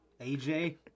AJ